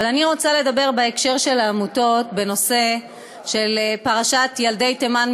אבל אני רוצה לדבר בהקשר של העמותות על הנושא של פרשת ילדי תימן,